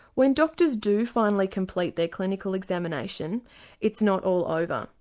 when doctors do finally complete their clinical examination it's not all over,